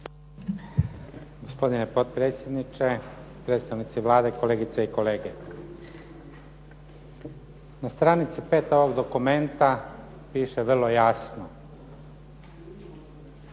Gospodine potpredsjedniče, predstavnici Vlade, kolegice i kolege. Na stranici 5 ovog dokumenta piše vrlo jasno.